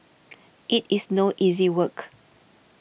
it is no easy work